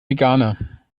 veganer